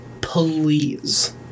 please